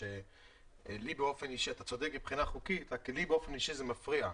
אתה צודק מבחינה חוקית אלא שלי באופן אישי זה מפריע.